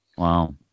wow